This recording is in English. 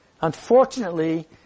Unfortunately